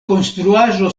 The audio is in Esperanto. konstruaĵo